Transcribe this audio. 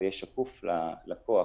הוא יהיה שקוף ללקוח,